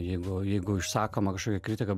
jeigu jeigu išsakoma kažkokia kritika